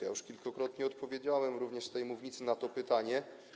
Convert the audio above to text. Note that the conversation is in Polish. Ja już kilkukrotnie odpowiedziałem, również z tej mównicy, na to pytanie.